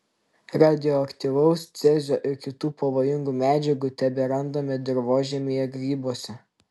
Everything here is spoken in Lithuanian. radioaktyvaus cezio ir kitų pavojingų medžiagų teberandame dirvožemyje grybuose